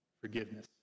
forgiveness